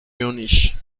múnich